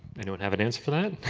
anyone have an answer for that?